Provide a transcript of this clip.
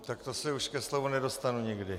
Tak to se už ke slovu nedostanu nikdy.